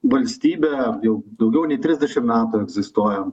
valstybė jau daugiau nei trisdešim metų egzistuojam